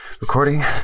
recording